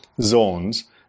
zones